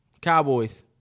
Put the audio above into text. Cowboys